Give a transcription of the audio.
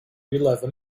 eleven